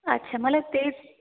अच्छा मला तेच